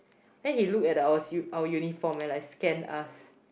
then he look at our our uniform and scanned us